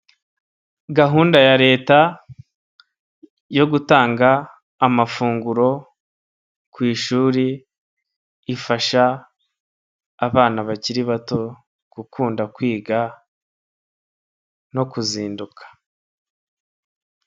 Gahunda ya leta yo gutanga amafunguro ku ishuri ifasha abana bakiri bato gukunda kwiga no kuzinduka.